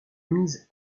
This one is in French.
mise